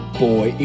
boy